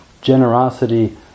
generosity